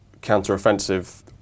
counteroffensive